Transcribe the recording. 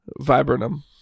Viburnum